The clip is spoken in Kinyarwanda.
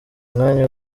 mwanya